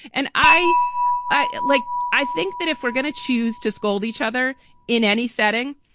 and i i like i think that if we're gonna choose to scold each other in any setting,